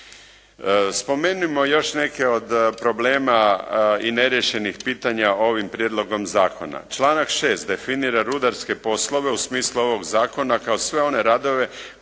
Spomenimo još neke od problema i neriješenih pitanja ovim prijedlogom zakona. Članak 6. definira rudarske poslove u smislu ovog zakona kao sve one radove